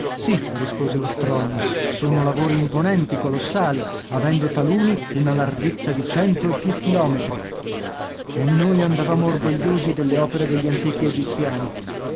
sì rispose l'astronomo sono lavori imponenti colossali avendo taluni una larghezza di cento e più chilometri e noi andavamo orgogliosi delle opere degli antichi egiziani